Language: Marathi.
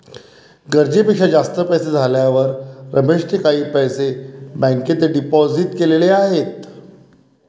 गरजेपेक्षा जास्त पैसे झाल्यावर रमेशने काही पैसे बँकेत डिपोजित केलेले आहेत